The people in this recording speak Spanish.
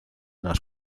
las